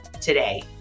today